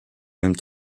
même